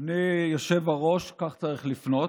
אדוני היושב-ראש, כך צריך לפנות,